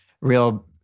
real